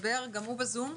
גם הוא בזום.